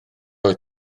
oedd